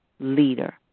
leader